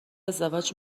ازدواج